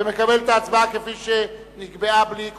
ומקבל את ההצבעה כפי שנקבעה בלי קולו.